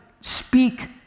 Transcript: speak